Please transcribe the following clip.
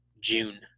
june